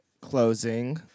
closing